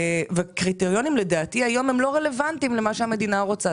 הקריטריונים היום הם לא רלוונטיים למה שהמדינה רוצה.